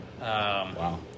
Wow